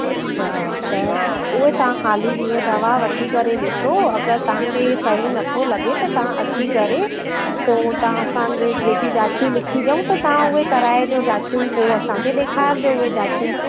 अच्छा त उहे तव्हां खाली हीअ दवा वठी करे ॾिसो अगरि तव्हां खे सही नथो लॻे त तव्हां अची करे पोइ तव्हां असां जे जेकी जाचूं लिखी ॾियूं त तव्हां उहे कराए जो जाचियूं पोइ असांखे ॾेखारिजो उहे जाचियूं